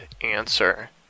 answer